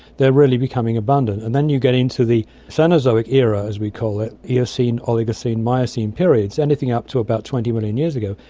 they are really becoming abundant. and then you get into the cenozoic era, as we call it, eocene, oligocene, miocene periods, anything up to about twenty million years ago,